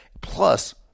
Plus